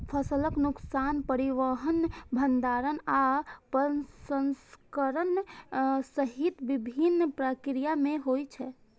फसलक नुकसान परिवहन, भंंडारण आ प्रसंस्करण सहित विभिन्न प्रक्रिया मे होइ छै